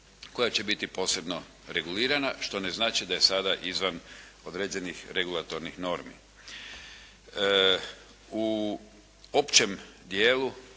koja će biti posebno regulirana, što ne znači da je sada izvan određenih regulatornih normi. U općem dijelu